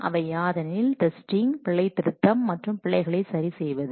அவை யாதெனில் டெஸ்டிங் பிழை திருத்தம் மற்றும் பிழைகளை சரி செய்வது